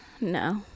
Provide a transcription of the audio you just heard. No